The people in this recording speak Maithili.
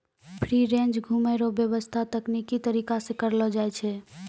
फ्री रेंज घुमै रो व्याबस्था तकनिकी तरीका से करलो जाय छै